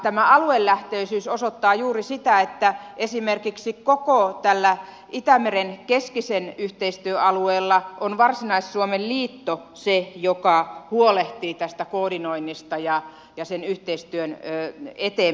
tämä aluelähtöisyys osoittaa juuri sitä että esimerkiksi koko tällä itämeren keskisen yhteistyön alueella on varsinais suomen liitto se joka huolehtii tästä koordinoinnista ja sen yhteistyön eteenpäinviemisestä